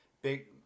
big